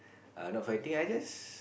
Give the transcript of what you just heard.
err not for anything I just